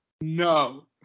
no